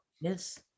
Yes